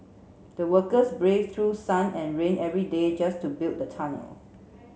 the workers brave through sun and rain every day just to build the tunnel